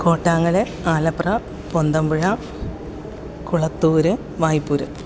Kottangal Alapra Ponthampuzha Kulathoor Vaipur